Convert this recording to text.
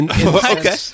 Okay